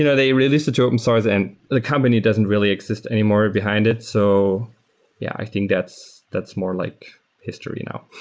you know they released it to open source and the company don't really exist anymore behind it. so yeah, i think that's that's more like history now.